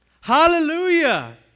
Hallelujah